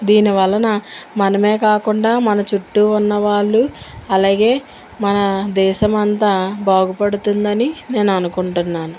దీని వలన మనమే కాకుండా మన చుట్టు ఉన్న వాళ్ళు అలాగే మన దేశమంతా బాగుపడుతుందని నేను అనుకుంటున్నాను